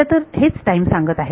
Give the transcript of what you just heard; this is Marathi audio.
खरं तर हेच टाईम सांगत आहे